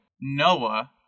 Noah